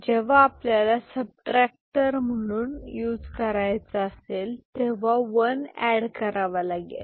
जेव्हा आपल्याला सबट्रॅक्टर म्हणून युज करायचा असेल तेव्हा वन एड करावा लागेल